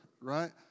right